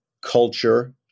culture